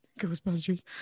Ghostbusters